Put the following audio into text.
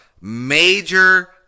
major